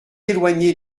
éloigné